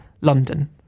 London